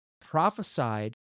prophesied